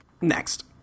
Next